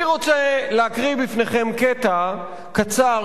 אני רוצה להקריא בפניכם קטע קצר,